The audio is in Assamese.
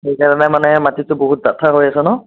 সেইকাৰণে মানে মাটিটো বহুত ডাথা হৈ আছে ন